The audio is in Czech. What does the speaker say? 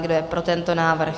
Kdo je pro tento návrh?